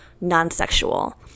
non-sexual